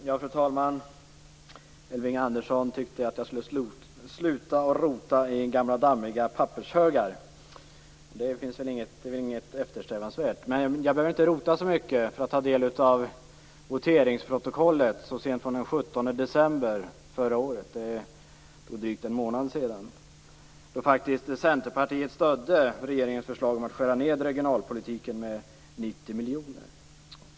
Fru talman! Elving Andersson tyckte att jag skulle sluta att rota i gamla dammiga pappershögar. Det är inte eftersträvansvärt. Men jag behöver inte rota så mycket för att ta del av voteringsprotokollet från den 17 december förra året, så sent som för drygt en månad sedan. Då stödde Centerpartiet regeringens förslag om att skära ned regionalpolitiken med 90 miljoner.